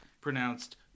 pronounced